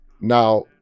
Now